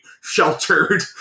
sheltered